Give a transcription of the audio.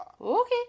Okay